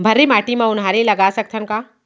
भर्री माटी म उनहारी लगा सकथन का?